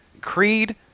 Creed